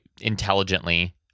intelligently